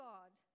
God